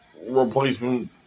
replacement